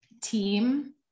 team